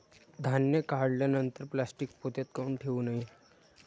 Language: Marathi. धान्य काढल्यानंतर प्लॅस्टीक पोत्यात काऊन ठेवू नये?